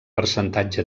percentatge